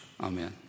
Amen